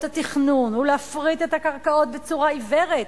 התכנון ולהפריט את הקרקעות בצורה עיוורת,